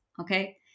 Okay